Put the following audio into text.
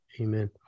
Amen